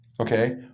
Okay